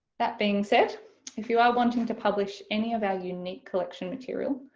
that being said if you are wanting to publish any of our unique collection material,